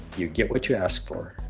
you get what you ask for.